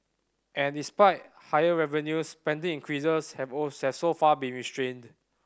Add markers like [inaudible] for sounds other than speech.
and despite higher revenues spending increases have all [unintelligible] so far been restrained